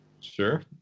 Sure